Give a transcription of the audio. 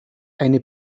eine